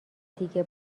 دیگه